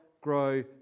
grow